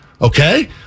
Okay